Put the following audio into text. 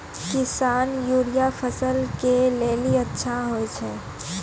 किसान यूरिया फसल के लेली अच्छा होय छै?